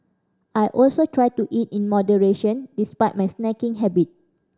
I also try to eat in moderation despite my snacking habit